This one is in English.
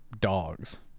dogs